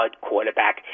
quarterback